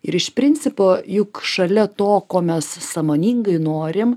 ir iš principo juk šalia to ko mes sąmoningai norim